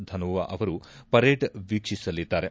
ಧನೋವ ಅವರು ಪೆರೇಡ್ ವೀಕ್ಸಿಸಲಿದ್ದಾರೆ